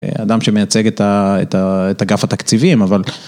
אדם שמייצג את הגף התקציביים אבל זה לא הגיוני